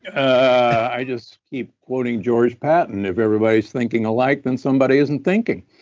i just keep quoting george patton, if everybody's thinking alike then somebody isn't thinking.